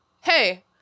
Hey